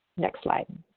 next slide.